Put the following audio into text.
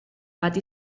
pati